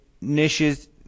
niches